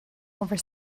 over